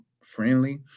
friendly